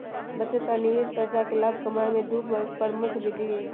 बचत आ निवेश पैसा से लाभ कमाय केँ दु प्रमुख विधि हइ